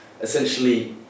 essentially